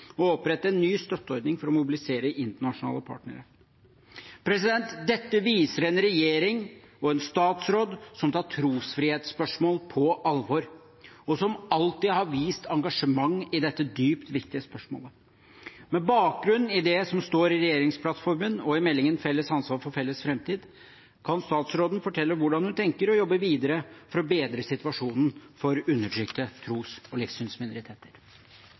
opprette en ny støtteordning for å mobilisere internasjonale partnere. Dette viser en regjering og en utenriksminister som tar trosfrihetsspørsmål på alvor, og som alltid har vist engasjement i dette dypt viktige spørsmålet. Med bakgrunn i det som står i regjeringsplattformen og i meldingen Felles ansvar for felles fremtid – kan utenriksministeren fortelle hvordan hun tenker å jobbe videre for å bedre situasjonen for undertrykte tros- og livssynsminoriteter?